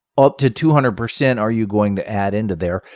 up to two hundred percent, are you going to add into there.